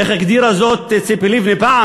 איך הגדירה זאת ציפי לבני פעם,